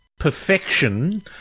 perfection